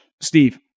Steve